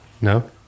No